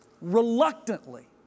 reluctantly